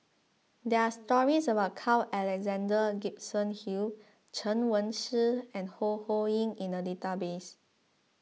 there are stories about Carl Alexander Gibson Hill Chen Wen Hsi and Ho Ho Ying in the database